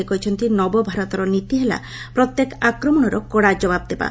ସେ କହିଛନ୍ତି ନବ ଭାରତର ନୀତି ହେଲା ପତ୍ୟେକ ଆକ୍ମଣର କଡ଼ା ଜବାବ ଦେବା